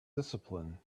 discipline